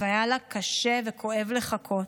והיה לה קשה וכואב לחכות,